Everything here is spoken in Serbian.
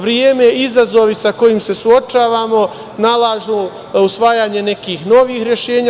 Vreme i izazovi sa kojim se suočavamo nalažu usvajanje nekih novih rešenja.